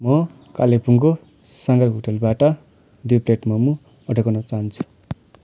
म कालिम्पोङको सागर होटलबाट दुई प्लेट मोमो अर्डर गर्न चाहन्छु